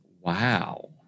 Wow